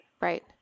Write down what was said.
Right